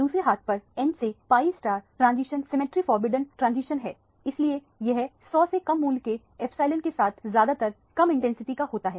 दूसरे हाथ पर n से pi transition symmetry forbidden transition है इसीलिए यह 100 से कम मूल्य के एप्सिलॉन के साथ ज्यादातर कम इंटेंसिटी का होता है